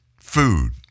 food